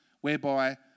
whereby